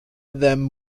them